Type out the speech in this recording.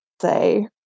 say